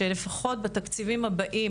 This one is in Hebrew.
שלפחות בתקציבים הבאים,